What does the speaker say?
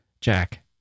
Jack